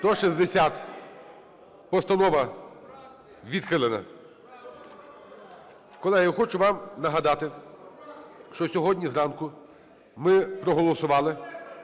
За-160 Постанова відхилена. Колеги, я хочу вам нагадати, що сьогодні зранку ми проголосували,